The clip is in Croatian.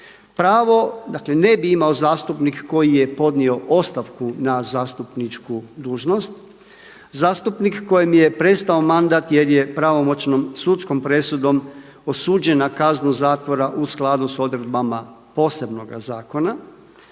Pravo ne bi imao zastupnik koji je podnio ostavku na zastupničku dužnost, zastupnik kojem je prestao mandat jer je pravomoćnom sudskom presudom osuđen na kaznu zatvora u skladu s odredbama posebnoga zakona,